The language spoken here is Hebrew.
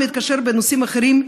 מתקשר לנושאים אחרים.